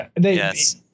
Yes